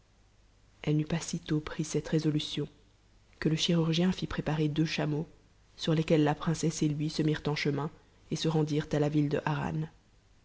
elle n'eut pas sitôt pris cette résolution que le chirurgien fit préparer deux chameaux sur lesquels la princesse et lui se mirent en chemin et se rendirent à la ville de harran